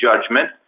judgment